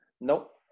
Nope